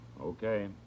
Okay